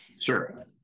sure